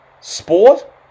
Sport